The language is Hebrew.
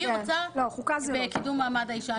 אני רוצה בוועדה לקידום מעמד האישה.